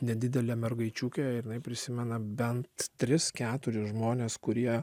nedidelė mergaičiukė ir jinai prisimena bent tris keturis žmones kurie